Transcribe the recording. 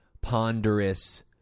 ponderous